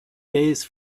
days